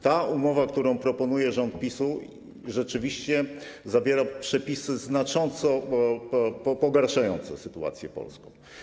Ta umowa, którą proponuje rząd PiS-u, rzeczywiście zawiera przepisy znacząco pogarszające sytuację polską.